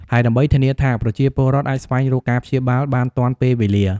ហើយដើម្បីធានាថាប្រជាពលរដ្ឋអាចស្វែងរកការព្យាបាលបានទាន់ពេលវេលា។